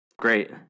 Great